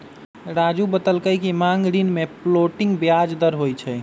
राज़ू बतलकई कि मांग ऋण में फ्लोटिंग ब्याज दर होई छई